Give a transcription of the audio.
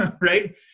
right